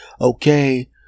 Okay